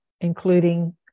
including